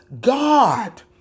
God